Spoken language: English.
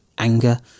anger